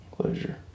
Closure